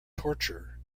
torture